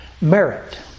Merit